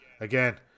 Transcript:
again